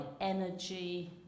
energy